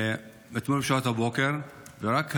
אתמול בשעות הבוקר, ורק היום,